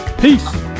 Peace